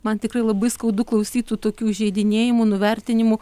man tikrai labai skaudu klausyt tokių įžeidinėjimų nuvertinimų